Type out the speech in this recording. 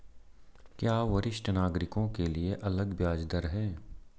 क्या वरिष्ठ नागरिकों के लिए अलग ब्याज दर है?